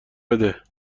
بده